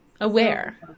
aware